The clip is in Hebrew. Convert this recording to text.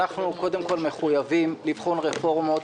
אנחנו קודם כול מחויבים לבחון רפורמות,